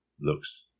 looks